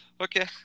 Okay